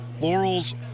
Laurel's